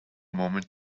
moment